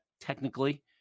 technically